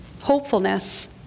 hopefulness